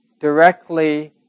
directly